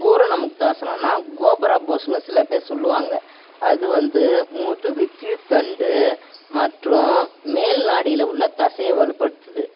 பூரண முக்தாசனன்னால் கோபுரா போஸ்னு சில பேர் சொல்லுவாங்க அது வந்து முதுகு கீழ்த்தண்டு மற்றும் மேல் நாடியில் உள்ள தசையை வலுப்படுத்துது